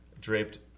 draped